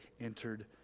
entered